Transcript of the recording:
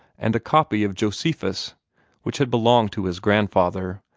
and a copy of josephus which had belonged to his grandmother,